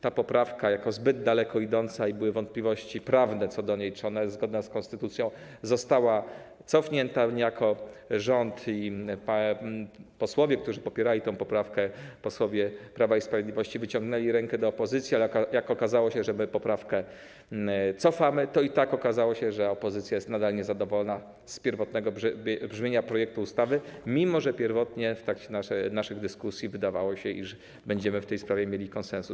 Ta poprawka jako zbyt daleko idąca - były wątpliwości prawne co do niej, czy ona jest zgodna z konstytucją - została cofnięta i niejako rząd i inni posłowie, którzy popierali tę poprawkę, posłowie Prawa i Sprawiedliwości, wyciągnęli rękę do opozycji, ale jak okazało się, że my poprawkę cofamy, to i tak opozycja nadal była niezadowolona z pierwotnego brzmienia projektu ustawy, mimo że pierwotnie w trakcie naszych dyskusji wydawało się, iż będziemy w tej sprawie mieli konsensus.